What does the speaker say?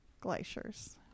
glaciers